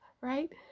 right